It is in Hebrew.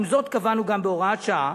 עם זאת, קבענו גם בהוראת שעה